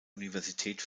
universität